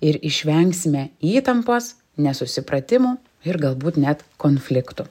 ir išvengsime įtampos nesusipratimų ir galbūt net konfliktų